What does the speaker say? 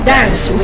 Dance